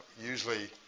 usually